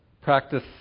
practice